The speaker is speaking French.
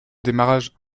démarrage